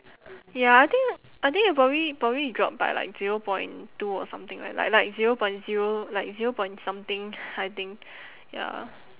ya I think I think it probably probably drop by like zero point two or something like like zero point zero like zero point something I think ya